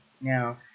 Now